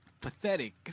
pathetic